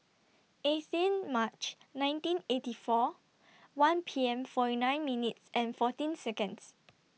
eighteen March nineteen eighty four one P M forty nine minutes and fourteen Seconds